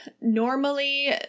normally